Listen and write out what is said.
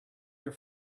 your